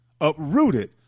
uprooted